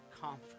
comfort